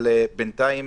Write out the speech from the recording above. אבל בינתיים,